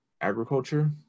agriculture